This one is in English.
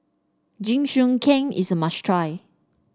jingisukan is a must try